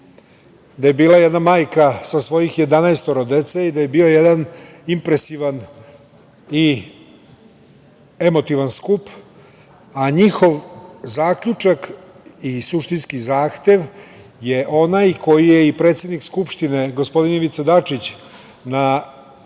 da je bila jedna majka jedanaestoro dece i da je bio jedan impresivan i emotivan skup, a njihov zaključak i suštinski zahtev je onaj koji je i predsednik Skupštine gospodin Ivica Dačić na